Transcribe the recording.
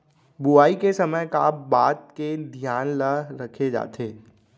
बुआई के समय का का बात के धियान ल रखे जाथे?